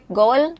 goal